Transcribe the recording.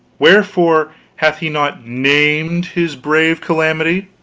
wherefore hath he not named his brave calamity?